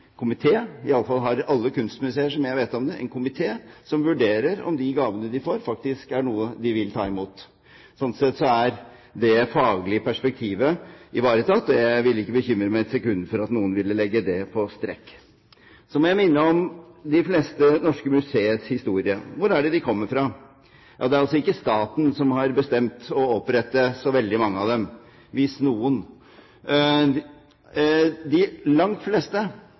har faktisk en komité – det har iallfall alle kunstmuseer som jeg vet om – som vurderer om de gavene de får, er noe de vil ta imot. Slik sett er det faglige perspektivet ivaretatt, og jeg ville ikke bekymre meg et sekund for at noen ville legge det på strekk. Så må jeg minne om de fleste norske museers historie. Hvor kommer de fra? Det var ikke staten som bestemte opprettelsen av veldig mange av dem, hvis noen. Langt de fleste